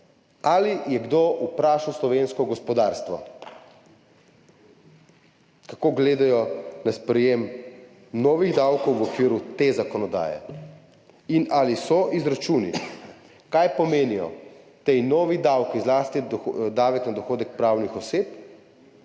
Ali je kdo vprašal slovensko gospodarstvo, kako gledajo na sprejetje novih davkov v okviru te zakonodaje? Ali so izračuni, kaj pomenijo ti novi davki, zlasti davek na dohodek pravnih oseb,